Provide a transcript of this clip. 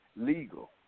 legal